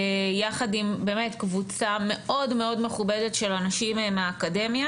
יחד עם קבוצה באמת מאוד מכובדת של אנשים מהאקדמיה